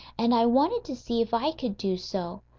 and i wanted to see if i could do so.